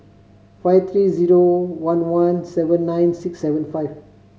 five three zero one one seven nine six seven five